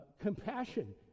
compassion